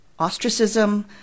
ostracism